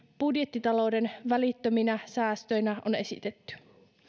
budjettitalouden välittöminä säästöinä on esitetty